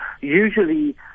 Usually